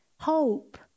hope